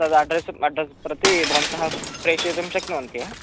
तदड्रस् address प्रति भवन्तः प्रेषयितुं शक्नुवन्ति हा